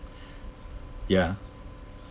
ya